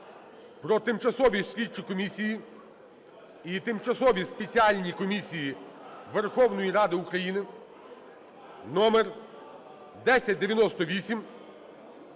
про тимчасові слідчі комісії і тимчасові спеціальні комісії Верховної Ради України (№ 1098)